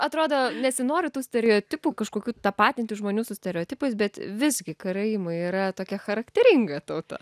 atrodo nesinori tų stereotipų kažkokių tapatinti žmonių su stereotipais bet visgi karaimai yra tokia charakteringa tauta